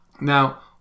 Now